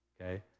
okay